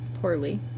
poorly